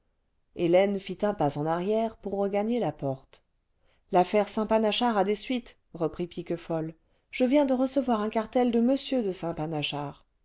hélène fit un pas eh arrière pour regagner la porte l'affaire saint panachard a des suites reprit piquefol je viens de recevoir un cartel de m de